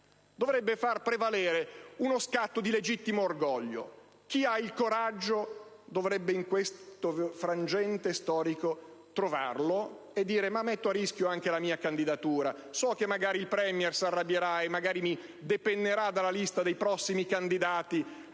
dovrebbe far prevalere uno scatto di legittimo orgoglio. Chi ha coraggio dovrebbe in questo frangente storico trovarlo e dire: «Metto a rischio anche la mia candidatura, so che magari il *Premier* si arrabbierà e magari mi depennerà dalla lista dei prossimi candidati